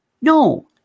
No